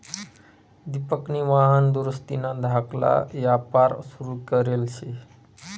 दिपकनी वाहन दुरुस्तीना धाकला यापार सुरू करेल शे